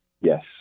Yes